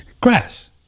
grass